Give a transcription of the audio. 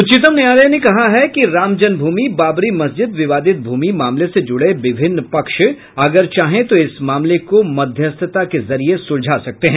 उच्चतम न्यायालय ने कहा है कि राम जन्म भूमि बाबरी मस्जिद विवादित भूमि मामले से जुड़े विभिन्न पक्ष अगर चाहें तो इस मामले को मध्यस्थता के जरिए सुलझा सकते हैं